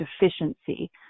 efficiency